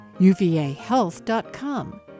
uvahealth.com